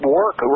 work